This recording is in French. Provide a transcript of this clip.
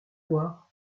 voir